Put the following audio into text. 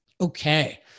Okay